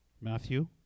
Matthew